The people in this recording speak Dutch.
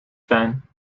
zijn